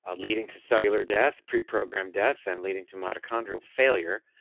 ah leading to cellular death, pre-programmed death and leading to mitochondrial failure.